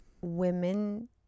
women